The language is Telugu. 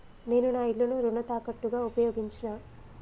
నేను నా ఇల్లును రుణ తాకట్టుగా ఉపయోగించినా